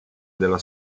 della